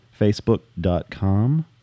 Facebook.com